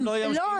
לא,